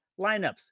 lineups